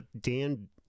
Dan